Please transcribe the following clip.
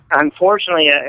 unfortunately